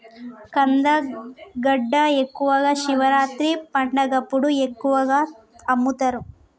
కందగడ్డ ఎక్కువగా శివరాత్రి పండగప్పుడు ఎక్కువగా అమ్ముతరు